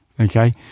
Okay